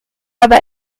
aber